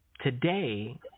today